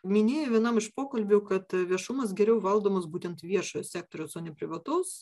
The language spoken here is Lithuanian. minėjai vienam iš pokalbių kad viešumas geriau valdomas būtent viešo sektoriaus o ne privataus